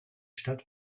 stadt